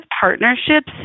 partnerships